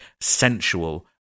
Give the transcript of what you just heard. sensual